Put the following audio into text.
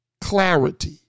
Clarity